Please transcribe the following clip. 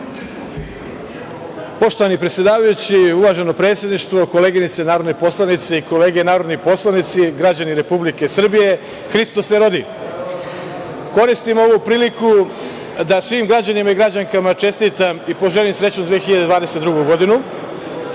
Poštovani predsedavajući, uvaženo predsedništvo, koleginice i kolege narodni poslanici, građani Republike Srbije, Hristos se rodi. Koristim ovu priliku da svim građanima i građankama čestitam i poželim srećnu 2022. godinu. Moje